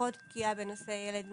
פחות בקיאה בנושא ילד נכה,